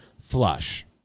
flush